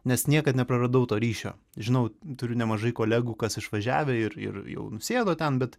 nes niekad nepraradau to ryšio žinau turiu nemažai kolegų kas išvažiavę ir ir jau nusėdo ten bet